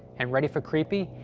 and, ready for creepy?